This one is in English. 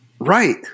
Right